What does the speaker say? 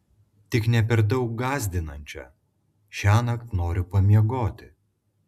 tik ne per daug gąsdinančią šiąnakt noriu pamiegoti